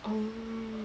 uh